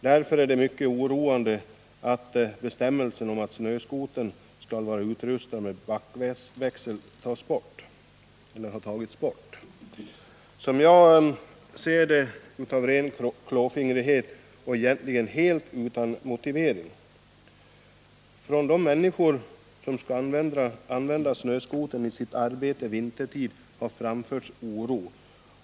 Därför är det mycket oroande att bestämmelsen om att snöskotern skall vara utrustad med backväxel har tagits bort, som jag ser det av ren klåfingrighet och egentligen helt utan motivering. Från de människor som skall använda snöskotern i sitt arbete vintertid har uttryck för oro framförts.